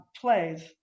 plays